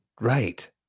Right